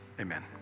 Amen